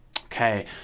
Okay